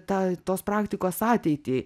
tą tos praktikos ateitį